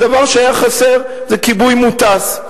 הדבר שהיה חסר הוא כיבוי מוטס.